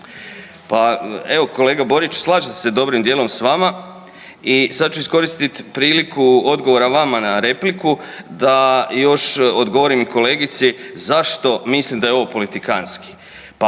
Pa evo kolega Borić, slažem se dobrim dijelom s vama i sad ću iskoristiti priliku odgovora vama na repliku da još odgovorim kolegici zašto mislim da je ovo politikantski.